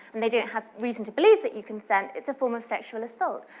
and they don't have reason to believe that you consent, it's a form of sexual assault.